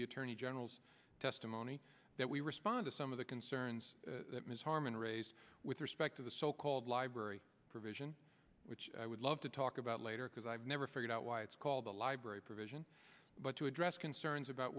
the attorney general's testimony that we respond to some of the concerns that ms harman raised with respect to the so called library provision which i would love to talk about later because i've never figured out why it's called the libr provision but to address concerns about